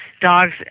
dogs